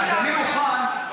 כדי להוריד את עלות העבודה.